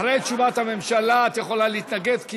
אחרי תשובת הממשלה את יכולה להתנגד, כי